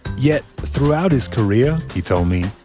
yet throughout his career, he told me,